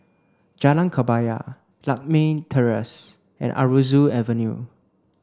Jalan Kebaya Lakme Terrace and Aroozoo Avenue